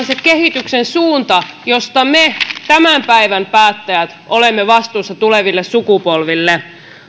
se kehityksen suunta josta me tämän päivän päättäjät olemme vastuussa tuleville sukupolville